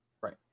right